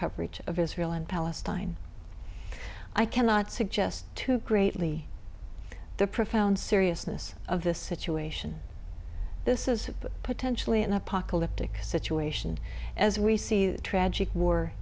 coverage of israel and palestine i cannot suggest too greatly the profound seriousness of this situation this is potentially an apocalyptic situation as we see the tragic war